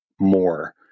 more